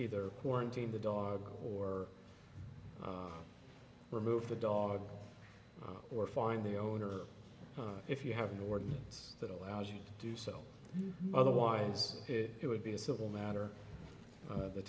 either quarantine the dog or remove the dog or find the owner if you have an ordinance that allows you to do so otherwise it would be a civil matter of the